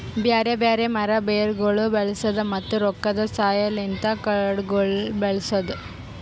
ಬ್ಯಾರೆ ಬ್ಯಾರೆ ಮರ, ಬೇರಗೊಳ್ ಬಳಸದ್, ಮತ್ತ ರೊಕ್ಕದ ಸಹಾಯಲಿಂತ್ ಕಾಡಗೊಳ್ ಬೆಳಸದ್